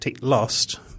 lost –